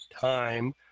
time